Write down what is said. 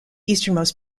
easternmost